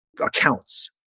accounts